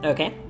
Okay